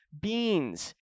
beans